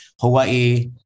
Hawaii